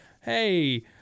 hey